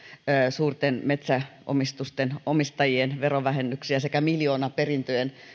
suurten metsäomistusten omistajien verovähennyksiä sekä miljoonaperintöjen